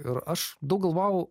ir aš daug galvojau